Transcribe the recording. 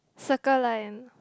Circle Line